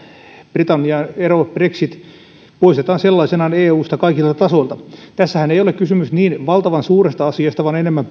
britannian ero brexit poistetaan sellaisenaan eusta kaikilta tasoilta tässähän ei ole kysymys niin valtavan suuresta asiasta vaan enemmän